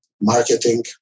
marketing